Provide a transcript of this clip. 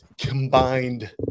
combined –